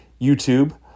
YouTube